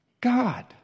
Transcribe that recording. God